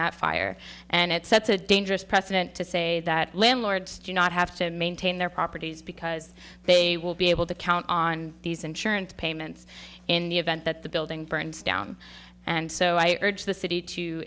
that fire and it sets a dangerous precedent to say that landlords do not have to maintain their properties because they will be able to count on these insurance payments in the event that the building burns down and so i urge the city to